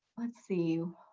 let's see.